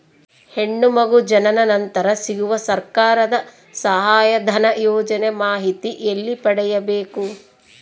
ಹೆಣ್ಣು ಮಗು ಜನನ ನಂತರ ಸಿಗುವ ಸರ್ಕಾರದ ಸಹಾಯಧನ ಯೋಜನೆ ಮಾಹಿತಿ ಎಲ್ಲಿ ಪಡೆಯಬೇಕು?